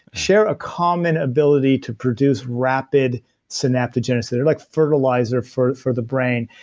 share a common ability to produce rapid synaptogenesis. they're like fertilizer for for the brain.